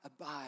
abide